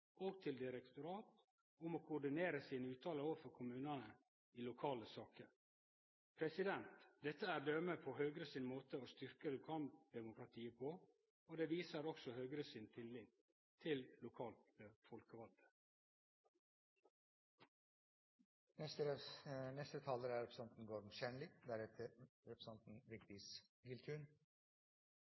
tilsynsorgan og direktorat om å koordinere sine utsegn overfor kommunane i lokale saker. Dette er døme på Høgre sin måte å styrke lokaldemokratiet på, og det viser òg Høgre sin tillit til lokalt folkevalde. For Arbeiderpartiet er samferdsel viktig. Jeg merket meg tidligere i debatten at leder av transport- og kommunikasjonskomiteen, representanten